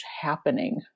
happening